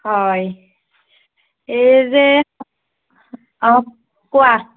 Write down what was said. হয় এই যে অ কোৱা